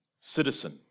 citizen